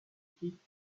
quitte